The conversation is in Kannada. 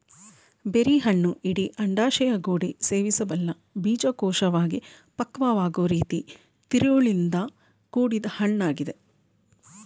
ಬೆರ್ರಿಹಣ್ಣು ಇಡೀ ಅಂಡಾಶಯಗೋಡೆ ಸೇವಿಸಬಲ್ಲ ಬೀಜಕೋಶವಾಗಿ ಪಕ್ವವಾಗೊ ರೀತಿ ತಿರುಳಿಂದ ಕೂಡಿದ್ ಹಣ್ಣಾಗಿದೆ